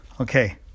okay